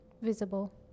Visible